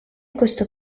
questo